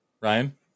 Ryan